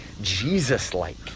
Jesus-like